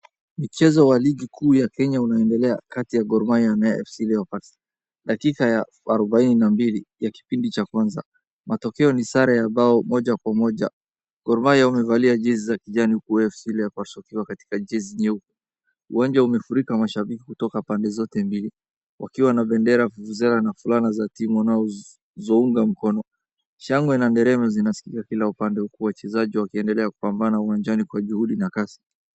Mchezo wa ligi kuu ya Kenya unaendelea kati ya Gor Mahia na FC Leopards, dakika ya arobaini na mbili ya kipindi cha kwanza matokeo ni sare ya mbao moja kwa moja Gor Mahia wamevalia jezi za kijani huki Fc Leopards wakiwa katika jezi nyeupe uwanja umefurika mashabiki kutoka pande zote mbili wakiwa na bendera vuvuzela na fulana za timu wanazounga mkono shagwe na nderemo zinaskika kils upande huku wachezaji wakiendelea kupambana uwanjani kwa juhudi na kasi.